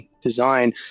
design